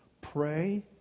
pray